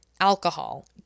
Alcohol